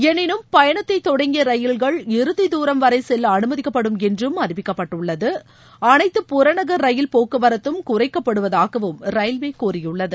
எனினும் பயணத்தைதொடங்கியரயில்கள் இறுதி தூரம் வரைசெல்லஅனுமதிக்கப்படும் என்றும் அறிவிக்கப்பட்டுள்ளது அனைத்து புறநகர் ரயில் போக்குவரத்தும் குறைக்கப்படுவதாகரயில்வேகூறியுள்ளது